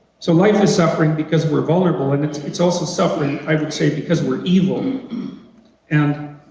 so, life suffering because we are vulnerable and it's it's also suffering, i would say because we are evil and,